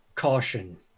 caution